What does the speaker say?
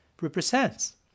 represents